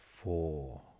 Four